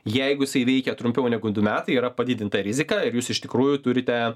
jeigu ji veikia trumpiau negu du metai yra padidinta rizika ir jūs iš tikrųjų turite